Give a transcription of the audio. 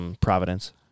Providence